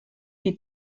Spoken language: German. die